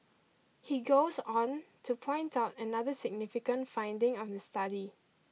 he goes on to point out another significant finding of the study